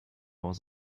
was